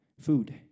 food